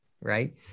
Right